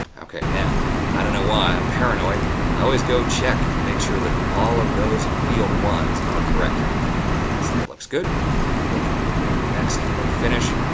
okay, now i don't know why i'm paranoid i always go check and make sure that all of those field one s are correct and that looks good. we can click next or finish.